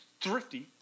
thrifty